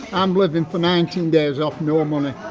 i'm living for nineteen days off no money.